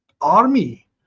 army